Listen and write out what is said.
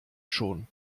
schon